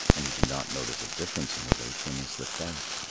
and he did not notice a difference in the weight when they slipped out.